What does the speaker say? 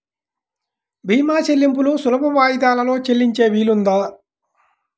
భీమా చెల్లింపులు సులభ వాయిదాలలో చెల్లించే వీలుందా?